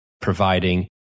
providing